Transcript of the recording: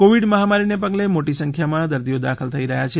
Covid મહામારીને પગલે મોટી સંખ્યામાં દર્દીઓ દાખલ થઇ રહ્યા છે